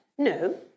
No